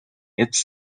its